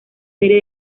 serie